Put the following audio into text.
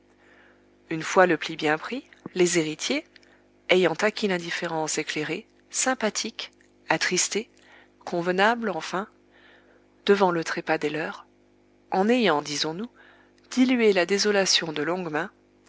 une fois le pli bien pris les héritiers ayant acquis l'indifférence éclairée sympathique attristée convenable enfin devant le trépas des leurs en ayant disons-nous dilué la désolation de longue main